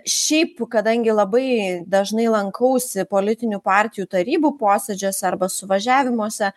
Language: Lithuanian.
šiaip kadangi labai dažnai lankausi politinių partijų tarybų posėdžiuose arba suvažiavimuose